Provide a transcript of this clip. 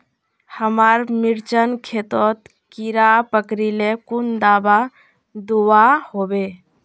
हमार मिर्चन खेतोत कीड़ा पकरिले कुन दाबा दुआहोबे?